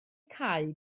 cau